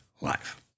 life